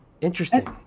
interesting